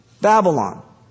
Babylon